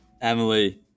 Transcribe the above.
Emily